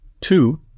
Two